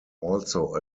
also